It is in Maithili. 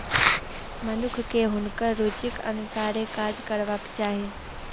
मनुखकेँ हुनकर रुचिक अनुसारे काज करबाक चाही